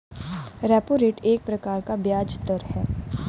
repo rate एक प्रकार का ब्याज़ दर है